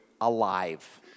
alive